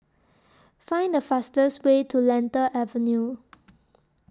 Find The fastest Way to Lentor Avenue